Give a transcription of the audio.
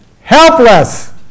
helpless